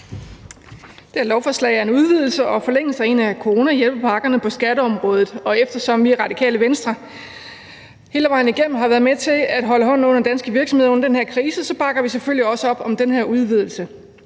Det her lovforslag er en udvidelse og en forlængelse af en af coronahjælpepakkerne på skatteområdet, og eftersom vi i Radikale Venstre hele vejen igennem har været med til at holde hånden under danske virksomheder under den her krise, bakker vi selvfølgelig også op om den her udvidelse.